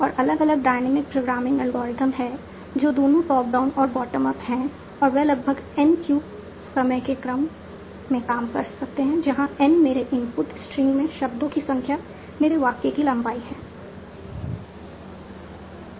और अलग अलग डायनेमिक प्रोग्रामिंग एल्गोरिथ्म हैं जो दोनों टॉप डाउन और बॉटम अप हैं और वे लगभग n क्यूब समय के क्रम में काम कर सकते हैं जहां n मेरे इनपुट स्ट्रिंग में शब्दों की संख्या मेरे वाक्य की लंबाई है